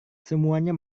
semuanya